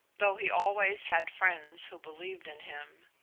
though he always had friends who believed in him.